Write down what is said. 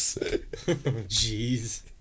jeez